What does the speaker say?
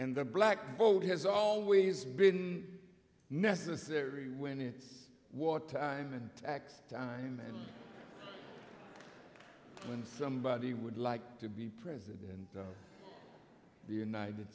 and the black vote has always been necessary when it's water and tax time and when somebody would like to be president of the united